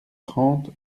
trente